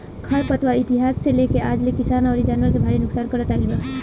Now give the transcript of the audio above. खर पतवार इतिहास से लेके आज ले किसान अउरी जानवर के भारी नुकसान करत आईल बा